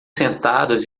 sentadas